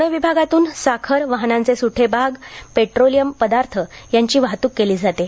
प्णे विभागातून साखर वाहनांचे सुटे भाग पेट्रोलियाम पदार्थ याची वाहत्रक केली जाते